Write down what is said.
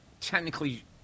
technically